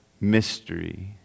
mystery